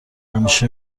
همیشه